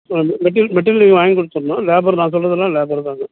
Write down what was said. ம் material material நீங்கள் வாங்கி கொடுத்துட்ணும் லேபர் நான் சொல்வதுலாம் லேபர் தாங்க